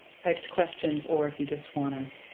typed questions, or if you just wanna